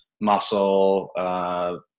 muscle